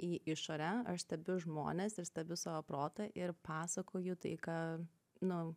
į išorę aš stebiu žmones ir stebiu savo protą ir pasakoju tai ką nu